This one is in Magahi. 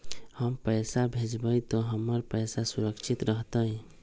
हम पैसा भेजबई तो हमर पैसा सुरक्षित रहतई?